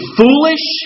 foolish